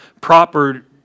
proper